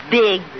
big